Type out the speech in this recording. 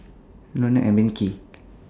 Lona and Becky